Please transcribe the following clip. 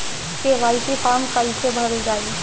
KYC form कइसे भरल जाइ?